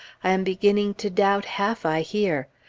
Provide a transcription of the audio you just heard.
i am beginning to doubt half i hear.